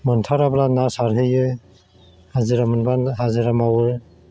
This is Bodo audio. मोनथाराब्ला ना सारहैयो हाजिरा मोनबानो हाजिरा मावो